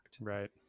Right